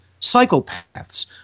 psychopaths